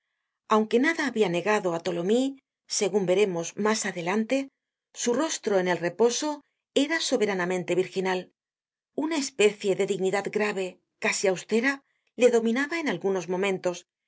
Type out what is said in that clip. aunque nada habia negado á tholomyes segun veremos mas adelante su rostro en el reposo era soberanamente virginal una especie de dignidad grave casi austera le dominaba en algunos momentos